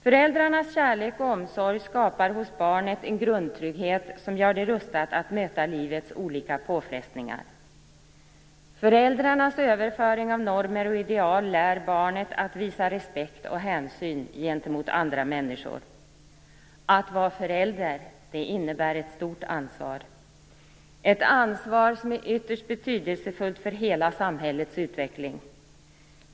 Föräldrarnas kärlek och omsorg skapar hos barnet en grundtrygghet som gör det rustat att möta livets olika påfrestningar. Föräldrarnas överföring av normer och ideal lär barnet att visa respekt och hänsyn gentemot andra människor. Att vara förälder innebär ett stort ansvar. Det är ett ansvar som är ytterst betydelsefullt för hela samhällets utveckling.